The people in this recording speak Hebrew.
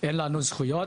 אין לנו זכויות.